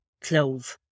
clove